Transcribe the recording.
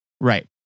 Right